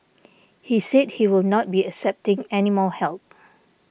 he said he will not be accepting any more help